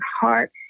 heart